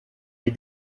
les